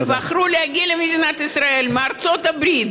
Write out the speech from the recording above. שבחרו להגיע למדינת ישראל מארצות-הברית,